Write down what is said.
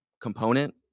component